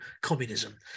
communism